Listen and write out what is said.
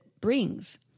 brings